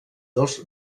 dels